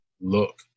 look